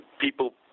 people